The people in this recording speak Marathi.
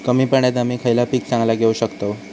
कमी पाण्यात आम्ही खयला पीक चांगला घेव शकताव?